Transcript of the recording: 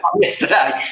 Yesterday